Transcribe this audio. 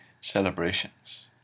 celebrations